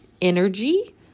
energy